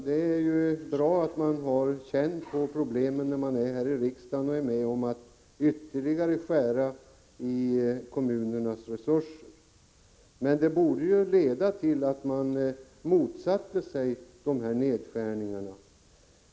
Det är bra att man har kännedom om problemen när man är ledamot av riksdagen och är med om att ytterligare skära i kommunernas resurser. Men det borde leda till att man motsatte sig dessa nedskärningar.